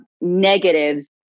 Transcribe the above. negatives